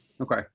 Okay